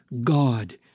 God